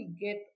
get